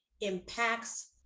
impacts